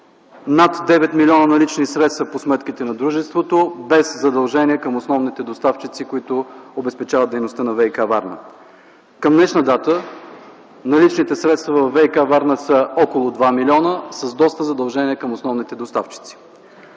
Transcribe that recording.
над 9 млн. налични средства по сметките на дружеството, без задължения към основните доставчици, които обезпечават дейността на ВиК-Варна. Към днешна дата наличните средства във ВиК-Варна са около 2 млн., с доста задължения към основните доставчици.